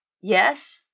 Yes